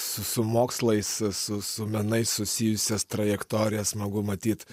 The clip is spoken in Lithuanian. su su mokslais su su menais susijusias trajektorijas smagu matyt